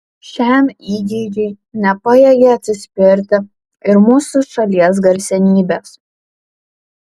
šiam įgeidžiui nepajėgė atsispirti ir mūsų šalies garsenybės